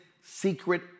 secret